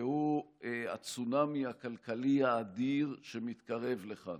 והוא הצונאמי הכלכלי האדיר שמתקרב לכאן.